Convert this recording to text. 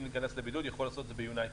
להיכנס לבידוד יכול לעשות את זה ב"יונייטד".